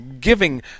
giving